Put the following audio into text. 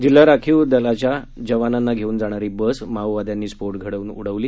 जिल्हा राखीव रक्षक दलाच्या जवानांना घेऊन जाणारी बस माओवाद्यांनी स्फोट घडवून उडवली